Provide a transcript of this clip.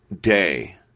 day